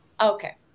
Okay